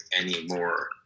anymore